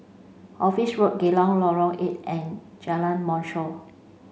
Office Road Geylang Lorong eight and Jalan Mashhor